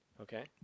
Okay